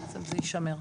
בעצם זה יישמר.